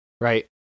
right